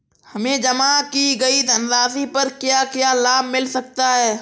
हमें जमा की गई धनराशि पर क्या क्या लाभ मिल सकता है?